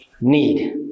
need